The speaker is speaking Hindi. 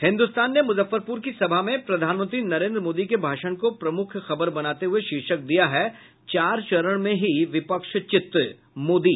हिन्दुस्तान ने मुजफ्फरपुर की सभा में प्रधानमंत्री नरेन्द्र मोदी के भाषण को प्रमुख खबर बनाते हुये शीर्षक दिया है चार चरण में ही विपक्ष चित मोदी